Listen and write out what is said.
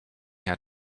had